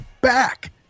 back